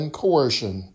coercion